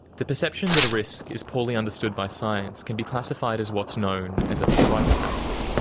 the perception that a risk is poorly understood by science can be classified as what's known as a fright factor.